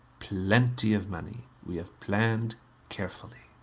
plenty of money. we have planned carefully.